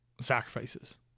sacrifices